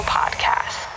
podcast